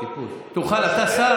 אתה שר,